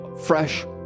fresh